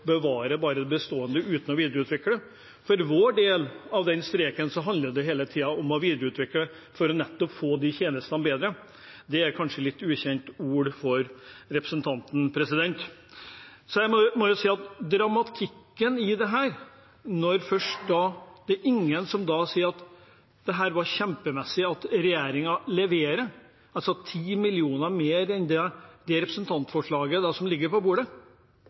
bevare det bestående uten å videreutvikle. For vår del handler det hele tiden om å videreutvikle for nettopp å få tjenestene bedre. Men det er kanskje et litt ukjent ord for representanten. Dramatikken i dette – ingen sier det er kjempemessig at regjeringen leverer 10 mill. kr mer enn det representantforslaget som ligger på bordet. Det er det kun representanten Knag Fylkesnes som har gitt honnør for – det skal Knag Fylkesnes ha – mens andre velger å late som